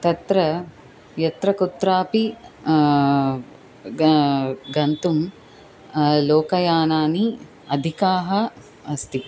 तत्र यत्रकुत्रापि ग गन्तुं लोकयानानि अधिकाः अस्ति